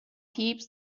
heaps